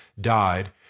died